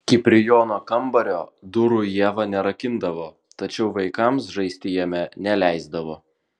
kiprijono kambario durų ieva nerakindavo tačiau vaikams žaisti jame neleisdavo